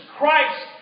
Christ